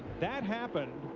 that happened,